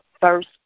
first